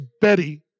Betty